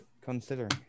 considering